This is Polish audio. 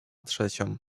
trzecią